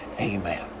Amen